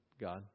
God